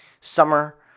summer